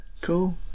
Cool